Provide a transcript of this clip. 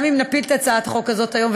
גם אם נפיל את הצעת החוק הזאת היום,